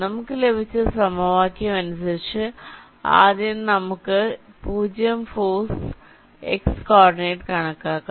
നമുക്ക് ലഭിച്ച സമവാക്യം അനുസരിച്ച് ആദ്യം നമുക്ക് 0 ഫോഴ്സ് x കോർഡിനേറ്റ് കണക്കാക്കാം